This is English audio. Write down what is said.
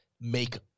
make